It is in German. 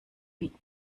wie